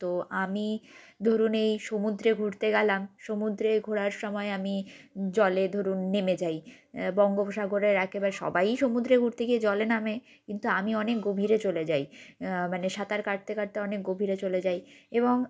তো আমি ধরুন এই সমুদ্রে ঘুরতে গেলাম সমুদ্রে ঘোরার সময় আমি জলে ধরুন নেমে যাই বঙ্গোপসাগরের একেবারে সবাইই সমুদ্রে ঘুরতে গিয়ে জলে নামে কিন্তু আমি অনেক গভীরে চলে যাই মানে সাঁতার কাটতে কাটতে অনেক গভীরে চলে যাই এবং